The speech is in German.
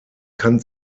kann